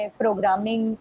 programming